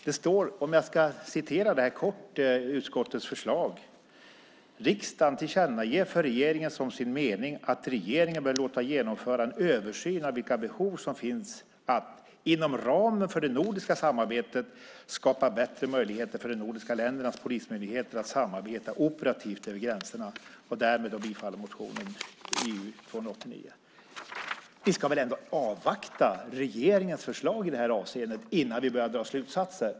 Jag kan kort citera utskottets förslag: "Riksdagen tillkännager för regeringen som sin mening att regeringen bör låta genomföra en översyn av vilka behov som finns att, inom ramen för det nordiska samarbetet, skapa bättre möjligheter för de nordiska ländernas polismyndigheter att samarbeta operativt över gränserna. Därmed bifaller riksdagen delvis motion Ju289." Vi ska väl ändå avvakta regeringens förslag i det här avseendet innan vi börjar dra slutsatser?